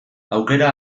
aukera